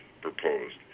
proposed